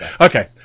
Okay